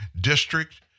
district